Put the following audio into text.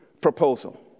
proposal